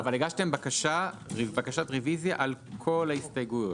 אבל הגשתם בקשת רביזיה על כל ההסתייגויות.